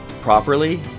properly